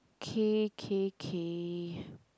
K K K